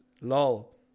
lol